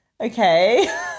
Okay